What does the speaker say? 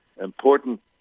important